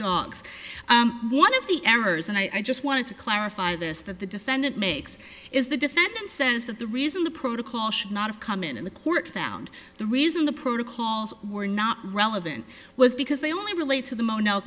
dogs one of the errors and i just wanted to clarify this that the defendant makes is the defendant says that the reason the protocol should not have come in in the court found the reason the protocols were not relevant was because they only relate to the mono